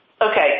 Okay